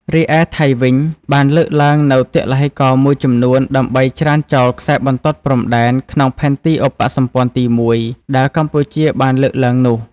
រីឯថៃវិញ បានលើកឡើងនូវទឡ្ហីករណ៍មួយចំនួនដើម្បីច្រានចោលខ្សែបន្ទាត់ព្រំដែន ក្នុងផែនទីឧបសម្ព័ន្ធទី១ ដែលកម្ពុជាបានលើកឡើងនោះ។